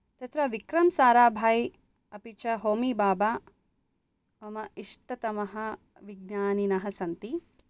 तत्र विक्रम्साराभाय् अपि च होमीबाबा मम इष्टतमः विज्ञानिनः सन्ति